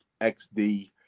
XD